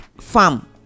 farm